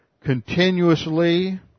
continuously